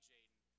Jaden